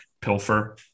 pilfer